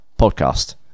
podcast